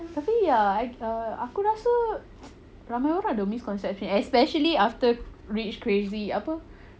tapi err I err aku rasa ramai orang ada misconception especially after rich crazy apa